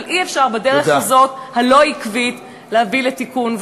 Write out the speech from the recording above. אבל אי-אפשר בדרך הזאת, הלא-עקבית, להביא לתיקון.